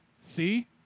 See